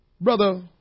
Brother